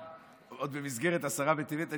ועוד במסגרת עשרה בטבת.